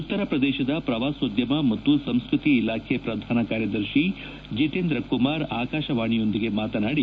ಉತ್ತರ ಪ್ರದೇಶದ ಶ್ರವಾಸೋದ್ಯಮ ಮತ್ತು ಸಂಸ್ಟೃತಿ ಇಲಾಖೆ ಪ್ರಧಾನ ಕಾರ್ಯದರ್ತಿ ಜತೇಂದ್ರ ಕುಮಾರ್ ಆಕಾಶವಾಣಿಯೊಂದಿಗೆ ಮಾತನಾಡಿ